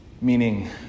meaning